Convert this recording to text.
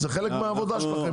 זה חלק מעבודתכם כארגון גג.